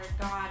God